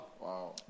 Wow